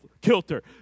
kilter